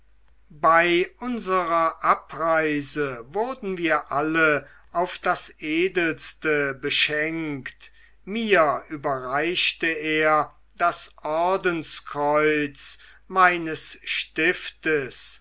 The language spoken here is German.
bei unserer abreise wurden wir alle auf das edelste beschenkt mir überreichte er das ordenskreuz meines stiftes